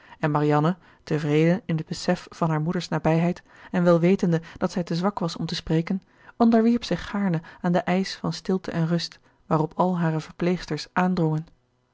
en marianne tevreden in het besef van haar moeder's nabijheid en wel wetende dat zij te zwak was om te spreken onderwierp zich gaarne aan den eisch van stilte en rust waarop al hare verpleegsters aandrongen